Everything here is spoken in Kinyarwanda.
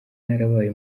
narabaye